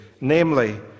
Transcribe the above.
namely